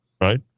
right